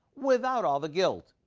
without all the guilt.